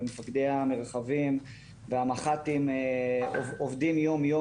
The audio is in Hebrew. ומפקדי המרחבים והמח"טים עובדים יום-יום